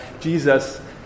Jesus